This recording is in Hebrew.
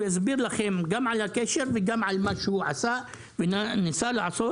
הוא יסביר לכם גם על הקשר וגם על מה שהוא עשה וניסה לעשות.